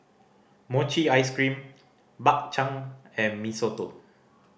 mochi ice cream Bak Chang and Mee Soto